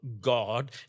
God